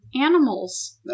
Animals